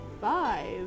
five